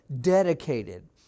dedicated